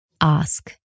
ask